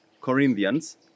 Corinthians